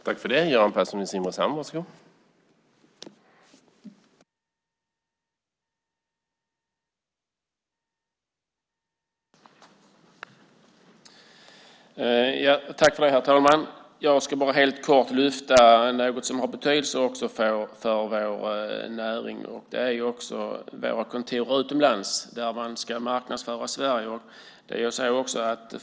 Herr talman! Jag ska kortfattat lyfta fram något som också har betydelse för vår näring, och det är våra kontor utomlands där man ska marknadsföra Sverige.